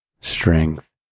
strength